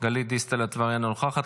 גלית דיסטל אטבריאן, אינה נוכחת.